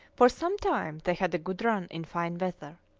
for some time they had a good run in fine weather.